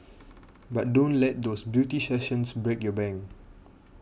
but don't let those beauty sessions break your bank